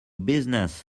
business